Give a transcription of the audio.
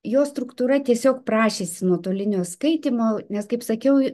jo struktūra tiesiog prašėsi nuotolinio skaitymo nes kaip sakiau